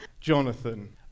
Jonathan